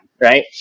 Right